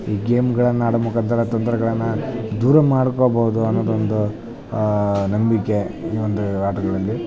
ಈ ಗೇಮ್ಗಳನ್ನು ಆಡೋ ಮುಖಾಂತರ ತೊಂದರೆಗಳನ್ನ ದೂರ ಮಾಡ್ಕೋಬೌದು ಅನ್ನೋದೊಂದು ನಂಬಿಕೆ ಈ ಒಂದು ಆಟಗಳಲ್ಲಿ